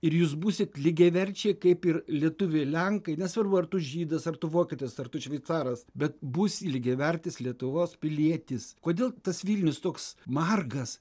ir jūs būsit lygiaverčiai kaip ir lietuviai lenkai nesvarbu ar tu žydas ar tu vokietis ar tu šveicaras bet bus lygiavertis lietuvos pilietis kodėl tas vilnius toks margas